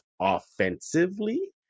offensively